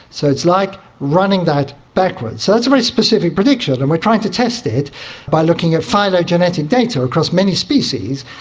so it's like running that backwards. so that's a very specific prediction and we're trying to tested by looking at phylogenetic data across many species,